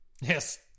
yes